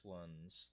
ones